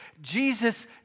Jesus